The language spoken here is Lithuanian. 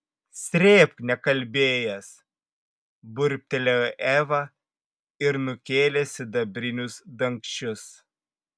srėbk nekalbėjęs burbtelėjo eva ir nukėlė sidabrinius dangčius